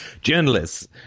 Journalists